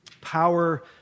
power